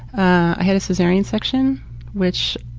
i had a cesarean section which